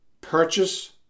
purchase